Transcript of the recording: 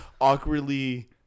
Awkwardly